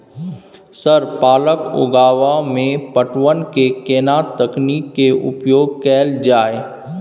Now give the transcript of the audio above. Sir पालक उगाव में पटवन के केना तकनीक के उपयोग कैल जाए?